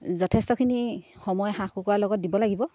যথেষ্টখিনি সময় হাঁহ কুকুৰাৰ লগত দিব লাগিব